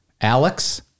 Alex